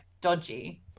dodgy